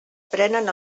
prenen